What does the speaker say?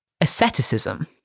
asceticism